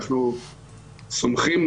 אנחנו סומכים,